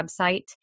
website